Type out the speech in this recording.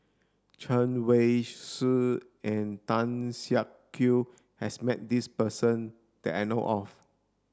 Chen Wen Hsi and Tan Siak Kew has met this person that I know of